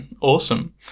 Awesome